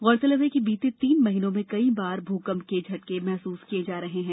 गौरतलब है कि बीते तीन महीनों में कई बार भूकंप के झटके महसूस किये जा रहे हैं